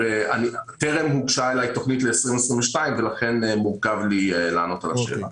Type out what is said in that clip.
טרם הוגשה אליי תוכנית ל-2022 ולכן מורכב לי לענות על השאלה.